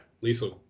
Lisa